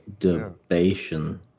Debation